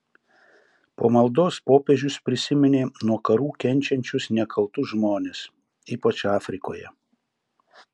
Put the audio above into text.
po maldos popiežius prisiminė nuo karų kenčiančius nekaltus žmones ypač afrikoje